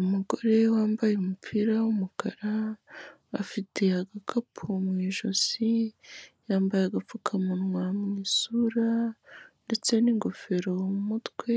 Umugore wambaye umupira w'umukara, afite agakapu mu ijosi, yambaye agapfukamunwa mu isura ndetse n'ingofero mu mutwe,